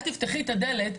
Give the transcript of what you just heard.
ושלא תפתח את הדלת,